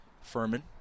Furman